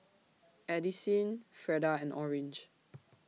Addisyn Freda and Orange